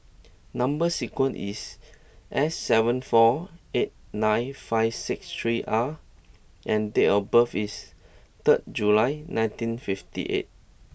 number sequence is S seven four eight nine five six three R and date of birth is third July nineteen fifty eight